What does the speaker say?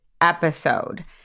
episode